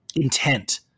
intent